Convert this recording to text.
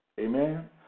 Amen